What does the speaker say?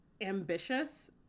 ambitious